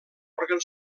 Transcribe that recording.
òrgan